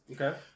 Okay